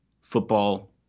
football